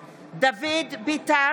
(קוראת בשמות חברי הכנסת) דוד ביטן,